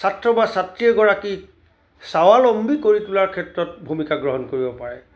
ছাত্ৰ বা ছাত্ৰী এগৰাকীক স্বাৱলম্বী কৰি তোলাৰ ক্ষেত্ৰত ভূমিকা গ্ৰহণ কৰিব পাৰে